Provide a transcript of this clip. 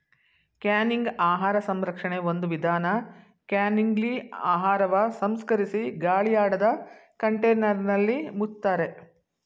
canning ಆಹಾರ ಸಂರಕ್ಷಣೆ ಒಂದು ವಿಧಾನ ಕ್ಯಾನಿಂಗ್ಲಿ ಆಹಾರವ ಸಂಸ್ಕರಿಸಿ ಗಾಳಿಯಾಡದ ಕಂಟೇನರ್ನಲ್ಲಿ ಮುಚ್ತಾರೆ